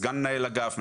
סגן מנהל אגף,